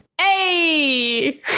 Hey